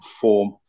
form